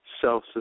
self